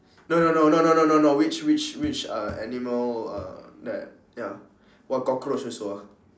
no no no no no no no no which which which uh animal uh that ya what cockroach also ah